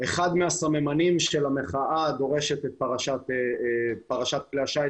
אחד מהסממנים של המחאה דורשת את פרשת כלי השיט